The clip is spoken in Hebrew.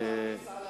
לא להעמיס על